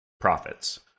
profits